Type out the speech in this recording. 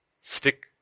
Stick